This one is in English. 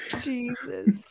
jesus